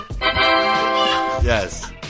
Yes